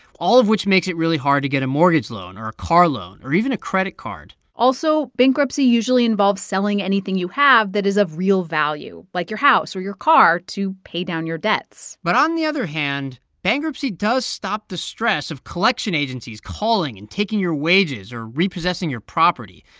all of which makes it really hard to get a mortgage loan or a car loan or even a credit card also, bankruptcy usually involves selling anything you have that is of real value, like your house or your car, to pay down your debts but on the other hand, bankruptcy does stop the stress of collection agencies calling and taking your wages or repossessing your property.